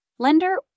lender